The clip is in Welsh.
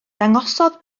dangosodd